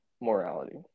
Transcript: morality